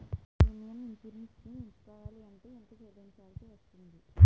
Premium insurance schemes ఎంచుకోవలంటే ఎంత చల్లించాల్సివస్తుంది??